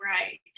right